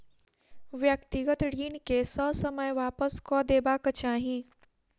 व्यक्तिगत ऋण के ससमय वापस कअ देबाक चाही